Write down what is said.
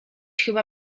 chyba